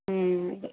ம்